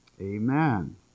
Amen